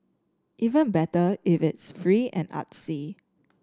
even better if it's free and artsy